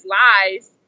lies